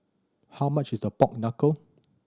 how much is the pork knuckle